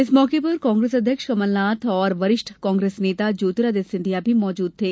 इस मौके पर प्रदेश कांग्रेस अध्यक्ष कमलनाथ और वरिष्ठ कांग्रेस नेता ज्योतिरादित्य सिंधिया भी मौजूद थे